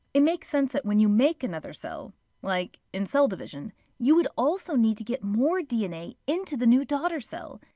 it makes sense that when you make another cell like in cell division you would also need to get more dna into the new daughter cell.